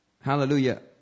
hallelujah